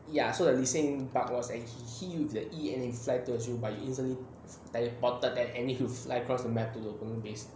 ya so the lee sin bug was that he heals the E then he fly towards you but you instantly teleported and need to fly across the map to the opponent base